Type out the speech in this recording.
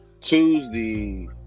Tuesday